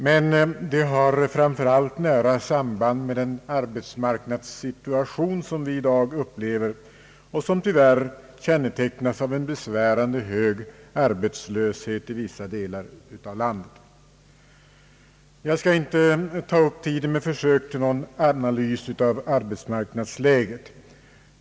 Men de har framför allt nära samband med den arbetsmarknadssituation som vi i dag upplever och som tyvärr kännetecknas av en besvärande hög arbetslöshet i vissa delar av landet. Jag skall inte ta upp tiden med försök till någon analys av arbetsmarknadsläget.